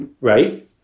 right